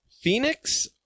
Phoenix